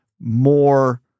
more